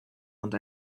want